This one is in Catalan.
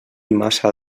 massa